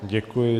Děkuji.